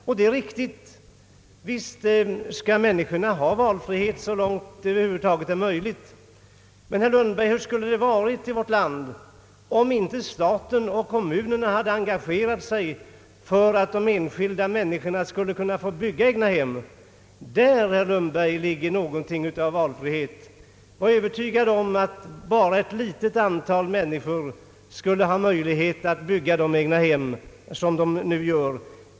Det är riktigt att människorna bör ha valfrihet så långt det över huvud taget är möjligt. Men, herr Lundberg, hur skulle det ha varit i vårt land, om inte staten och kommunerna hade engagerat sig för att de enskilda människorna skulle kunna få bygga egnahem? Där, herr Lundberg, ligger något av valfrihet. Var övertygad om att bara ett litet antal människor annars skulle ha haft möjlighet att bygga de egnahem som de nu har gjort!